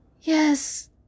Yes